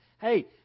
Hey